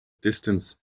distance